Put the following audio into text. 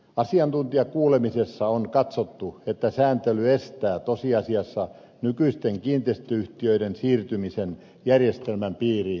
asiantuntijakuulemisessa on katsottu että sääntely estää tosiasiassa nykyisten kiinteistöyhtiöiden siirtymisen järjestelmän piiriin